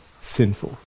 sinful